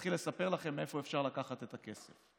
להתחיל לספר לכם מאיפה אפשר לקחת את הכסף.